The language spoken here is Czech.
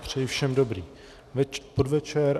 Přeji všem dobrý podvečer.